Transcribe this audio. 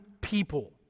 people